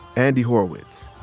andy horowitz,